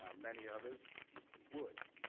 um many others would.